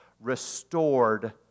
restored